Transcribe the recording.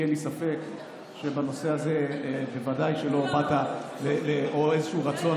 כי אין לי ספק שבנושא הזה בוודאי שלא באת באיזשהו רצון